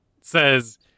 says